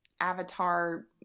Avatar